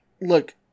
Look